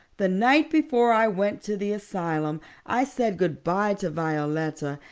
the night before i went to the asylum i said good-bye to violetta,